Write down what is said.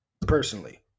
personally